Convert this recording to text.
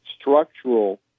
structural